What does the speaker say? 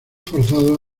forzados